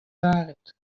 lâret